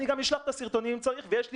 אני גם אשלח את הסרטונים אם צריך ויש לי